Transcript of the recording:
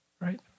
right